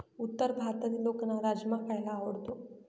उत्तर भारतातील लोकांना राजमा खायला आवडतो